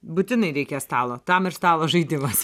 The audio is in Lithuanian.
būtinai reikia stalo tam ir stalo žaidimas